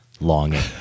longing